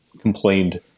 complained